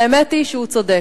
והאמת היא שהוא צודק.